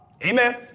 Amen